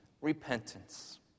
repentance